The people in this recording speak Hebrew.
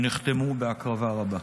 שנחתמו בהקרבה רבה.